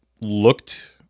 looked